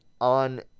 on